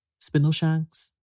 Spindleshanks